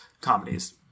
comedies